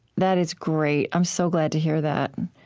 that is great. i'm so glad to hear that.